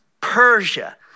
Persia